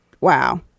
wow